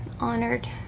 honored